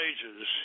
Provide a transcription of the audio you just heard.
Ages